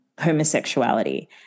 homosexuality